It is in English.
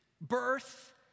birth